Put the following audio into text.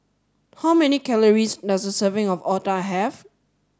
how many calories does a serving of Otah have